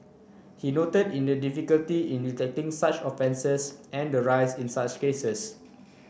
he note in the difficulty in detecting such offences and the rise in such cases